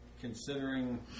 considering